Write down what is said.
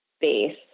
base